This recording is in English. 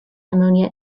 ammonia